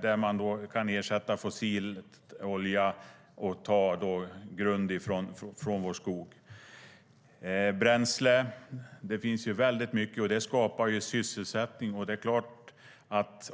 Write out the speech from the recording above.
där man kan ersätta fossil olja och ta grunden från vår skog. Det finns väldigt mycket bränsle, och det skapar sysselsättning.